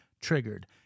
Triggered